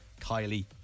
Kylie